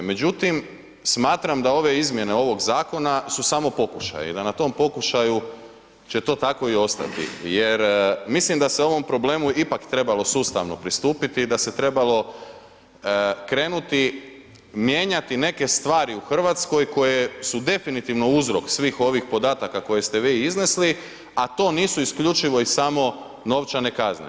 Međutim, smatram da ove izmjene ovog zakona su samo pokušaj i da na tom pokušaju će to tako i ostati jer mislim da se ovom problemu ipak trebalo sustavno pristupiti i da se trebalo krenuti mijenjati neke stvari u RH koje su definitivno uzrok svih ovih podataka koje ste vi iznesli, a to nisu isključivo i samo novčane kazne.